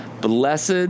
Blessed